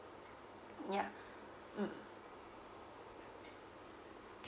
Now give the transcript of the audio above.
yeah mm